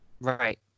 Right